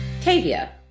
Tavia